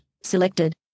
Selected